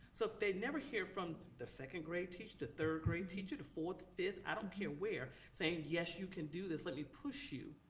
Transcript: so if they never hear it from the second grade teacher, the third grade teacher, the fourth, fifth, i don't care where, saying yes, you can do this, let me push you,